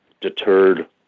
deterred